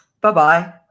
Bye-bye